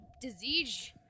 disease